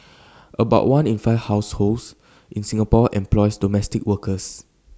about one in five households in Singapore employs domestic workers